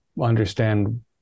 understand